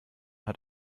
hat